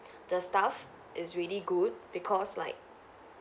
the staff is really good because like